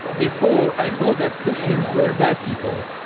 before i thought that christians were bad people.